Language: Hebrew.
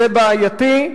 זה בעייתי,